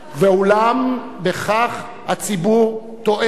ואולם בכך הציבור טועה.